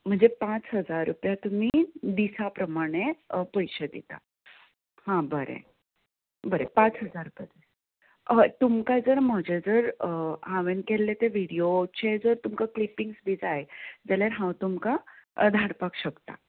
म्हणजे पांच हजार रुपया तुमी दिसा प्रमाणे पयशे दिता आं बरें बरें पांच हजार बरें हय तुमकां जर म्हजे जर हांवें केल्लें तें व्हिडीयोचे तुमकां क्लिपींगस बी जाय जाल्यार हांव तुमकां धाडपाक शकता